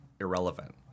irrelevant